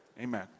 Amen